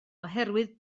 oherwydd